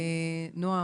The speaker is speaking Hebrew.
נעה,